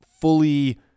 fully